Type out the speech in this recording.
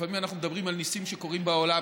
שלפעמים אנחנו מדברים על ניסים שקורים בעולם,